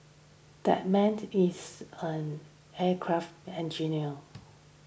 that man it is an aircraft engineer